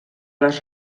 les